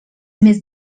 més